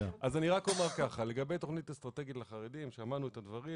אז אני רק אומר כך: לגבי תכנית אסטרטגית לחרדים שמענו את הדברים,